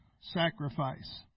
sacrifice